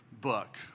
book